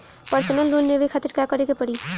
Personal loan लेवे खातिर का करे के पड़ी?